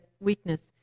weakness